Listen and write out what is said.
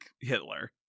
Hitler